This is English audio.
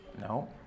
No